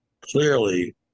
clearly